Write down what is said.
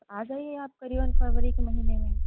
आ जाईए आप करीबन फरवरी के महीने में